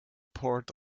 port